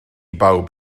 bawb